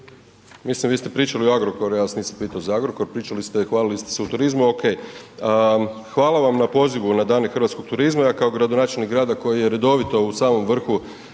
mislim, vi ste pričali o Agrokoru, ja vas nisam pitao za Agrokor, pričali ste i hvalili ste se o turizmu, ok, hvala vam na pozivu na Dane hrvatskog turizma, ja kao gradonačelnik grada koji je redovito u samom vrhu